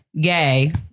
gay